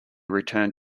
returned